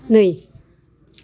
नै